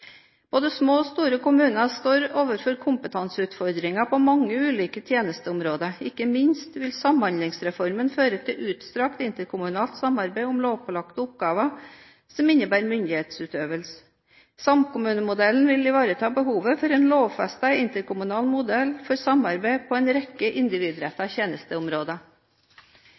Både små og store kommuner står overfor kompetanseutfordringer på mange ulike tjenesteområder. Ikke minst vil Samhandlingsreformen føre til utstrakt interkommunalt samarbeid om lovpålagte oppgaver som innebærer myndighetsutøvelse. Samkommunemodellen vil ivareta behovet for en lovfestet interkommunal modell for samarbeid på en rekke individrettede tjenesteområder.